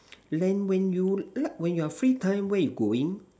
when when you lu~ when you're free time where are you going